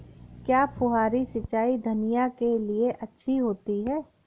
क्या फुहारी सिंचाई धनिया के लिए अच्छी होती है?